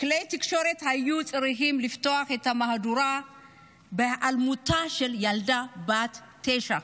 כלי תקשורת היו צריכים לפתוח את המהדורה בהיעלמותה של ילדה בת תשע.